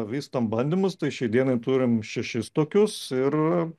vystom bandymus tai šiai dienai turim šešis tokius ir